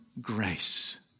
grace